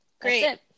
great